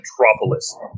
Metropolis